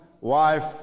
wife